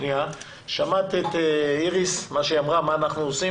שמעת מה איריס אמרה לגבי